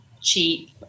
cheap